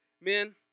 Men